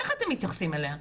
איך אתם מתייחסים אליה?